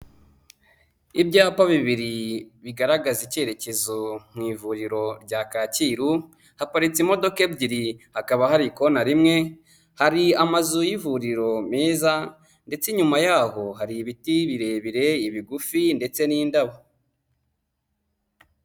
Ibyapa bibiri bigaragaza icyerekezo mu ivuriro rya kacyiru, haparitse imodoka ebyiri hakaba hari kota rimwe, hari amazu y'ivuriro meza ndetse Inyuma yaho hari ibiti birebire Ibigufi ndetse n'indabo.